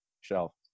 shelf